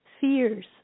fears